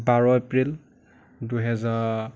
বাৰ April দুহেজাৰ